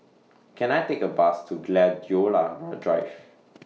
Can I Take A Bus to Gladiola Drive